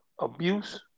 abuse